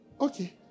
Okay